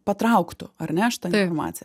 patrauktų ar ne šita informacija